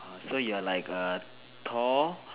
orh so you're like a Thor